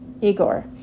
igor